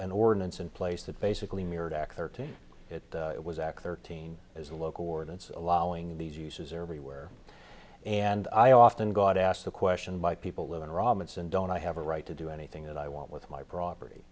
an ordinance in place that basically mirrored act thirteen it was act thirteen as a local ordinance allowing these uses everywhere and i often got asked the question by people living robinson don't i have a right to do anything that i want with my property